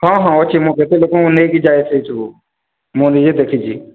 ହଁ ହଁ ଅଛି ମୁଁ କେତେ ଲୋକଙ୍କୁ ନେଇକି ଯାଏ ସେସବୁ ମୁଁ ନିଜେ ଦେଖିଛି